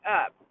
up